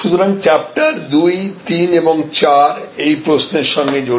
সুতরাং চ্যাপ্টার 2 3 এবং 4 এই প্রশ্নের সঙ্গে জড়িত